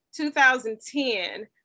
2010